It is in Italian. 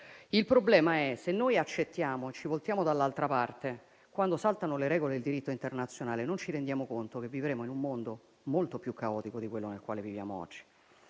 ma che se accettiamo e ci voltiamo dall'altra parte quando saltano le regole del diritto internazionale, non ci rendiamo conto che vivremo in un mondo molto più caotico di quello nel quale viviamo oggi.